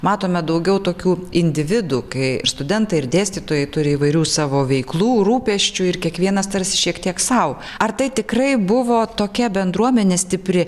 matome daugiau tokių individų kai ir studentai ir dėstytojai turi įvairių savo veiklų rūpesčių ir kiekvienas tarsi šiek tiek sau ar tai tikrai buvo tokia bendruomenė stipri